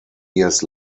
years